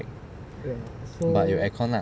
but 有 aircon lah